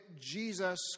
Jesus